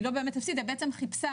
היא לא באמת הפסידה, בעצם היא חיפשה